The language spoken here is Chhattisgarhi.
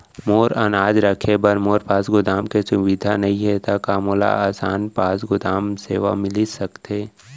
मोर अनाज रखे बर मोर पास गोदाम के सुविधा नई हे का मोला आसान पास गोदाम सेवा मिलिस सकथे?